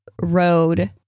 road